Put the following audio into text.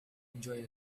enjoy